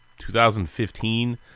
2015